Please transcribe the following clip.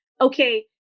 Okay